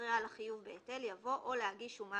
אחרי "על החיוב בהיטל" יבוא "או להגיש שומה